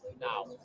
Now